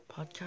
podcast